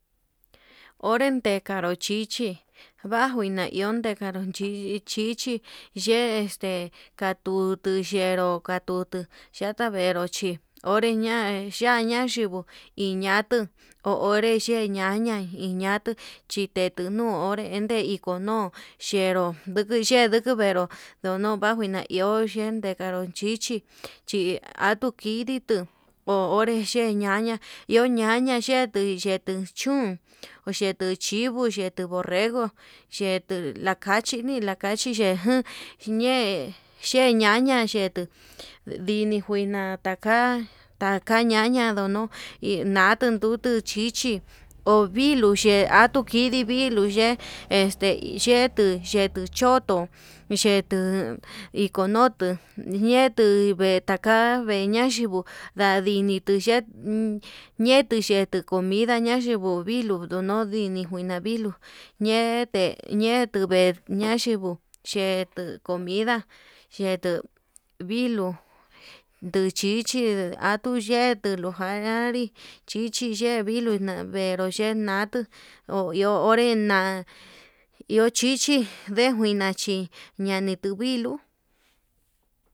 Onre tekandu chichi bajuina iho tekaron chichi ye'e este katutu yenró, katuu yaka'a nenró chí onreña yaya yinguo inaru ho onré yee ñaña, iñatuu chitetu no'o onre ndeiko no'o xheró njunui xhenró oni bajuu na iho, ho yen nikanru xhichi chí atuu kidii tuu ho onré che ñaña iho ñaña xhetui xhetu chún oxhetu chivo xhete borrego xhetu lakachi ni'i lakachi yeján ñe'e, xheñaña xhetuu ndini nguina taka taka ñaña ndono ndatu nutu chichi, ho viluu ye'e atukidii viluu ye'e este yetuu yetuu choto xhetu ikonutu ñetuu vetaka veñaxhingu nda'a ndinitu ye'e ñetuu xhetuu comida ayinguu viluu ndono vindii junina viluu ñete ñetuver ña'a xhinguu, ye'e tuu comida yetu viluu nduchichi atuu ye'e tuduján anrí chichi ye'e viluu navee nrú ye'e nrú ho iho ndenare na'a ndio chichi ndejuina chí ñanituu viluu.